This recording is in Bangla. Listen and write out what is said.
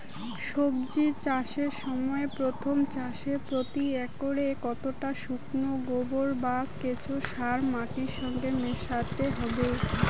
সবজি চাষের সময় প্রথম চাষে প্রতি একরে কতটা শুকনো গোবর বা কেঁচো সার মাটির সঙ্গে মেশাতে হবে?